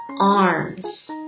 Arms